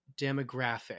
demographic